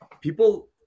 people